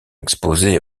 exposée